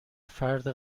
فرد